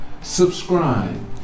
subscribe